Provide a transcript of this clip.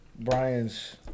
Brian's